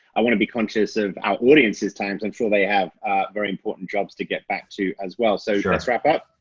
i wanna be conscious of our audience's times i'm sure they have very important jobs to get back to as well, so let's wrap up.